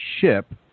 ship